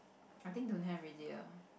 I think don't have with you